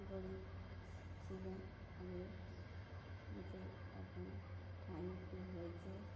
গরিব ছিল আগে কিন্তু এখন ঠাঁই একটু হয়েছে